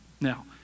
now